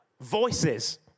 voices